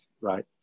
right